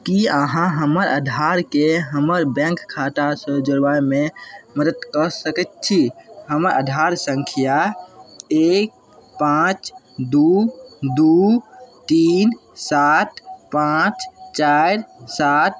कि अहाँ हमर आधारकेँ हमर बैँक खातासँ जोड़बामे मदति कऽ सकै छी हमर आधार सँख्या एक पाँच दुइ दुइ तीन सात पाँच चारि सात